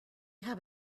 have